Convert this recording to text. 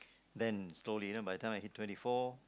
then slowly by the time I hit twenty four